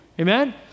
amen